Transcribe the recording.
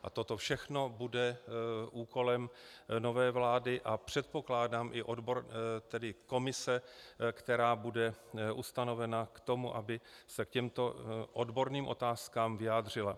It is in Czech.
A toto všechno bude úkolem nové vlády a předpokládám i komise, která bude ustanovena k tomu, aby se k těmto odborným otázkám vyjádřila.